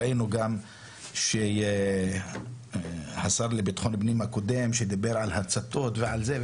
ראינו גם שהשר לביטחון פנים הקודם שדיבר על הצתות ועל זה,